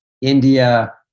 India